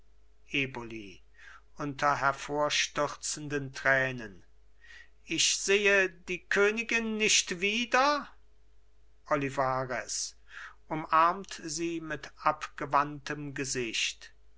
eboli unter hervorstürzenden tränen ich sehe die königin nicht wieder olivarez umarmt sie mit abgewandtem gesicht